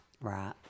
Right